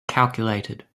calculated